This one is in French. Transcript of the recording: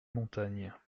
montagne